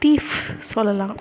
thief சொல்லலாம்